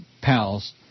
pals